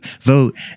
vote